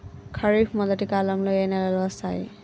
ఖరీఫ్ మొదటి కాలంలో ఏ నెలలు వస్తాయి?